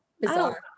bizarre